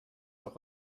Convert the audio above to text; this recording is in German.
auch